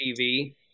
TV